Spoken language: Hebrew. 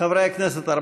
חברי הכנסת,